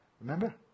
Remember